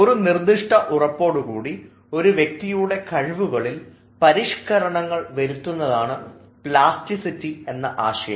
ഒരു നിർദ്ദിഷ്ട ഉറപ്പോടുകൂടി ഒരു വ്യക്തിയുടെ കഴിവുകളിൽ പരിഷ്ക്കരണങ്ങൾ വരുത്തുന്നതാണ് പ്ലാസ്റ്റിറ്റി എന്ന ആശയം